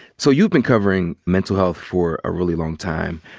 so you've been covering mental health for a really long time.